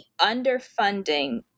underfunding